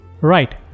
Right